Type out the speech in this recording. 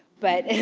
but